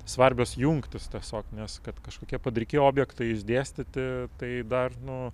svarbios jungtys tiesiog nes kad kažkokie padriki objektai išdėstyti tai dar nu